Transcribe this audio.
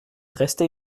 restait